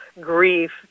grief